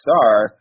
star